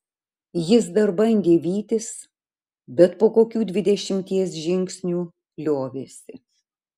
jis dar bandė vytis bet po kokių dvidešimties žingsnių liovėsi